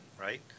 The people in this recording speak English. right